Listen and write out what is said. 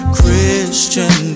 Christian